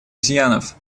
изъянов